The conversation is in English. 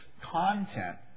content